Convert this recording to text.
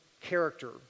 character